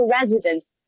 residents